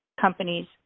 companies